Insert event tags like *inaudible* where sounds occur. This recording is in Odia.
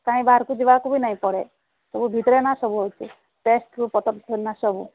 କାଇଁ ବାହାରକୁ ଯିବାକୁ ବି ନାଇଁ ପଡ଼େ ସବୁ ଭିତରେ ନା ସବୁ ହେଉଛି ଟେଷ୍ଟରୁ *unintelligible* ସବୁ